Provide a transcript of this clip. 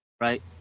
right